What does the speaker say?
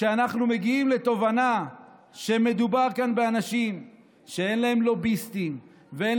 כשאנחנו מגיעים לתובנה שמדובר כאן באנשים שאין להם לוביסטים ואין